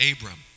Abram